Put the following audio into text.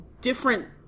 different